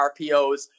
RPOs